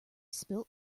spilt